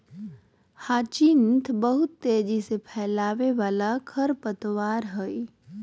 hyacinth बहुत तेजी से फैलय वाला खरपतवार हइ